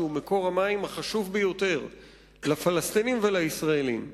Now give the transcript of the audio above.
שהוא מקור המים החשוב ביותר לפלסטינים ולישראלים.